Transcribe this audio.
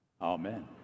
Amen